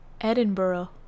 Edinburgh